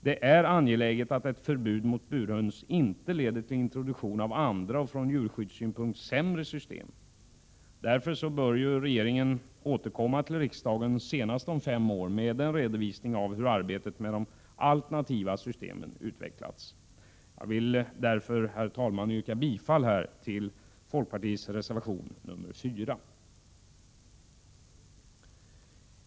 Det är angeläget att ett förbud mot burhöns inte leder till introduktion av andra och från djurskyddssynpunkt sämre system. Därför bör regeringen återkomma till riksdagen senast om fem år med en redovisning av hur arbetet med de alternativa systemen har utvecklats. Jag vill därför, herr talman, yrka bifall till folkpartiets reservation 4.